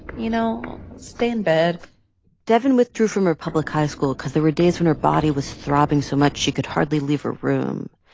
you know, stay in bed devyn withdrew from her public high school because there were days when her body was throbbing so much she could hardly leave her room.